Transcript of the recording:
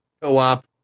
co-op